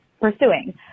pursuing